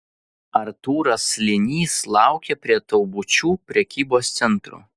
artūras slėnys laukė prie taubučių prekybos centro